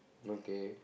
okay